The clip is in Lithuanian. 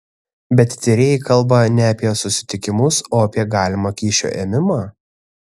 bet tyrėjai kalba ne apie susitikimus o apie galimą kyšio ėmimą